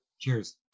Cheers